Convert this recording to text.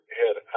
head